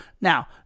now